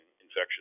infection